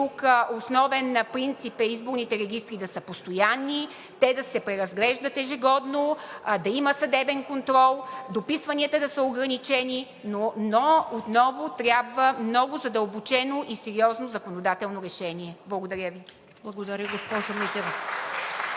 тук основен принцип е изборните регистри да са постоянни, те да се преразглеждат ежегодно, да има съдебен контрол, дописванията да са ограничени, но отново трябва много задълбочено и сериозно законодателно решение. Благодаря Ви. (Ръкопляскания от